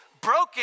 broken